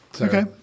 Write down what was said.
Okay